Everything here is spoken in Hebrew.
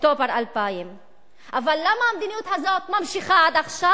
אוקטובר 2000. אבל למה המדיניות הזאת ממשיכה עד עכשיו?